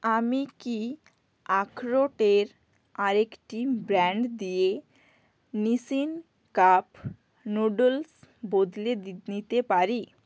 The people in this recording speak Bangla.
আমি কি আখরোটের আরেকটি ব্র্যান্ড দিয়ে নিসিন কাপ নুডলস বদলে দিয়ে নিতে পারি